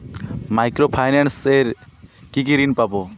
Micro finance এ কি কি ঋণ পাবো?